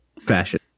fashion